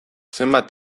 zenbat